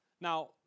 Now